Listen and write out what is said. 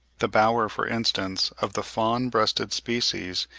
the bower, for instance, of the fawn-breasted species,